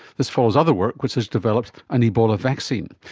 this follows other work which has developed an ebola vaccine.